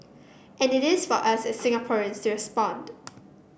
and it is for us as Singaporeans to respond